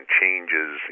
changes